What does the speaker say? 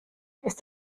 ist